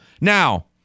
Now